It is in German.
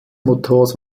motors